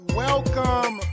welcome